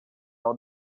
all